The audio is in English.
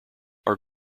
are